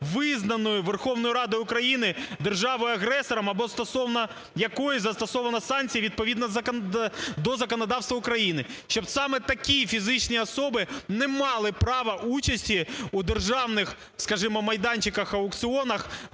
визнаної Верховною Радою України державою-агресором або стосовно якої застосовано санкції відповідно до законодавства України. Щоб саме такі фізичні особи не мали права участі у державних, скажімо, майданчиках-аукціонах